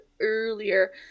earlier